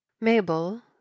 Mabel